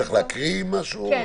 צריך להקריא משהו?